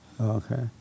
Okay